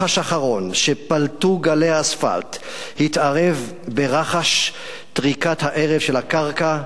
/ לחש אחרון שפלטו גלי האספלט / התערב / ברחש טריקת הערב של הקרקע,